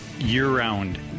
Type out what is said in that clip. year-round